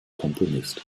komponist